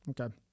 Okay